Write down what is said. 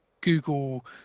google